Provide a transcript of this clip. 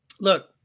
Look